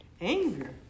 anger